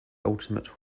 ultimate